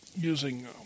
using